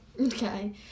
Okay